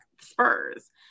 Spurs